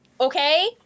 Okay